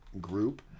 group